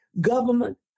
government